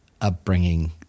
upbringing